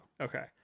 Okay